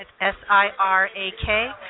S-I-R-A-K